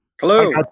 hello